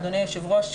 אדוני היושב-ראש,